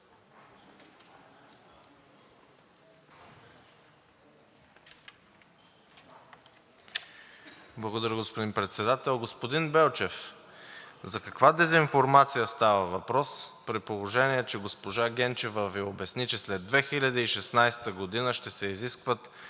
Благодаря, господин Председател. Господин Белчев, за каква дезинформация става въпрос, при положение че госпожа Генчева Ви обясни, че след 2016 г. ще се изискват